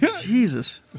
Jesus